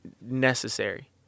necessary